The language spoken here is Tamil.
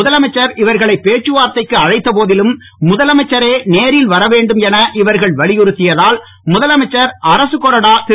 முதலமைச்சர் இவர்களை பேச்சுவார்த்தைக்கு அழைத்த போதிலும் முதலமைச்சரே நேரில் வர வேண்டும் என இவர்கள் வலியுறுத்தியதால் முதலமைச்சர் அரசு கொறடா திரு